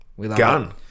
Gun